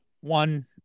one